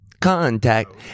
Contact